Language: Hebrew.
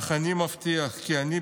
אך אני מבטיח כי אני,